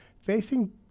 facing